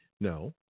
No